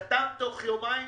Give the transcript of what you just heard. חתם תוך יומיים,